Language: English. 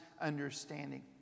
Understanding